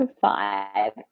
five